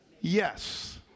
Yes